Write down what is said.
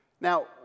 Now